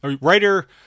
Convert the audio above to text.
writer